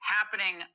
Happening